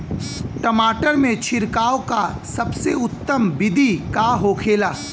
टमाटर में छिड़काव का सबसे उत्तम बिदी का होखेला?